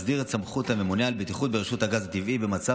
מסדיר את סמכות הממונה על בטיחות ברשות הגז הטבעי במצב